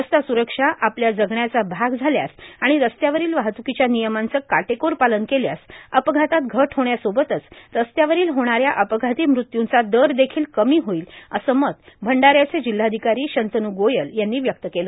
रस्ता सुरक्षा आपल्या जगण्याचा भाग झाल्यास आणि रस्त्यावरील वाहतुकीच्या नियमांचं काटेकोर पालन केल्यास अपघातात घट होण्यासोबतच रस्त्यावरील होणाऱ्या अपघाती मृत्यूंचा दरदेखील कमी होईल असं मत भंडाऱ्याचे जिल्हाधिकारी शंतनू गोयल यांनी व्यक्त केलं